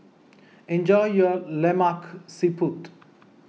enjoy your Lemak Siput